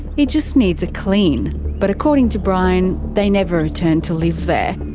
it just needs a clean but according to brian, they never returned to live there.